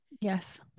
Yes